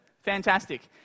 fantastic